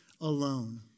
alone